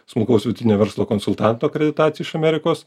smulkaus vidutinio verslo konsultanto akreditaciją iš amerikos